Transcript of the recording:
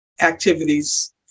activities